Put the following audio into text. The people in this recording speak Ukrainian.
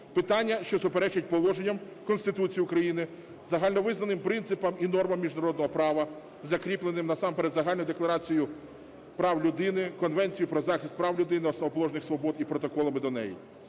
питання, що суперечать положенням Конституції України, загальновизнаним принципам і нормам міжнародного права, закріпленим насамперед загальною декларацією прав людини, Конвенцією про захист прав людини і основоположних свобод і протоколами до неї.